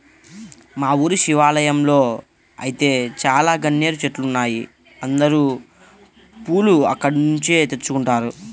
మా ఊరి శివాలయంలో ఐతే చాలా గన్నేరు చెట్లున్నాయ్, అందరూ పూలు అక్కడ్నుంచే తెచ్చుకుంటారు